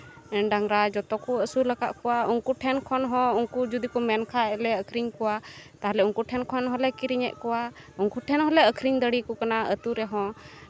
ᱰᱟᱝᱨᱟ ᱡᱚᱛᱚ ᱠᱚ ᱟᱹᱥᱩᱞ ᱟᱠᱟᱫ ᱠᱚᱣᱟ ᱩᱱᱠᱩ ᱴᱷᱮᱱ ᱠᱷᱚᱱ ᱦᱚᱸ ᱩᱱᱠᱩ ᱡᱩᱫᱤ ᱠᱚ ᱢᱮᱱᱠᱷᱟᱡ ᱞᱮ ᱟᱹᱠᱷᱨᱤᱧ ᱠᱚᱣᱟ ᱛᱟᱦᱚᱞᱮ ᱩᱱᱠᱩ ᱴᱷᱮᱱ ᱠᱷᱚᱱ ᱦᱚᱸᱞᱮ ᱠᱤᱨᱤᱧᱮᱫ ᱠᱚᱣᱟ ᱩᱱᱠᱩ ᱴᱷᱮᱱ ᱦᱚᱸᱞᱮ ᱟᱹᱠᱷᱨᱤᱧ ᱫᱟᱲᱮᱭᱟᱠᱚ ᱠᱟᱱᱟ ᱟᱹᱛᱩ ᱨᱮᱦᱚᱸ